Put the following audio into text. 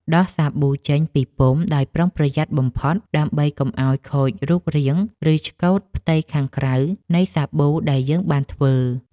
ដោះសាប៊ូចេញពីពុម្ពដោយប្រុងប្រយ័ត្នបំផុត ដើម្បីកុំឱ្យខូចរូបរាង ឬឆ្កូតផ្ទៃខាងក្រៅនៃសាប៊ូដែលយើងបានធ្វើ។